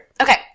Okay